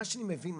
אז מה שאני מבין,